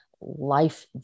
life